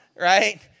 right